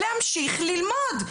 להמשיך ללמוד,